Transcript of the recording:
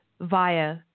via